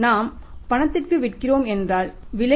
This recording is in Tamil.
நாம் பணத்திற்கு விற்கிறோம் என்றால் விலை